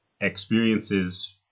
experiences